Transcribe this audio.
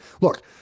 Look